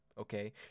Okay